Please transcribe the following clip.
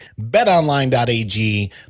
BetOnline.ag